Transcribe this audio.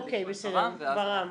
בסדר, ור"מ.